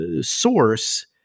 source